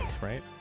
right